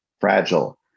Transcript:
fragile